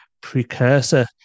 precursor